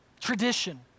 tradition